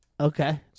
Okay